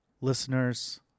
listeners